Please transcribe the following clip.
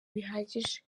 bihagije